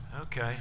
Okay